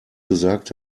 gesagt